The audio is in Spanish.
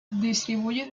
distribuye